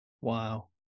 Wow